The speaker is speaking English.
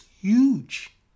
huge